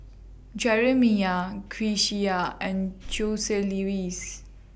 Jerimiah Grecia and Joseluis